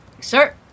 Sir